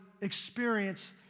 experience